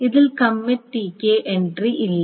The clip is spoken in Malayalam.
ഇതിൽ കമ്മിറ്റ് Tk എൻട്രി ഇല്ല